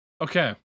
Okay